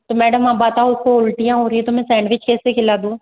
तो मैडम आप बताओ उसको उल्टियाँ हो रही है तो मैं सैंडविच कैसे खिला दूँ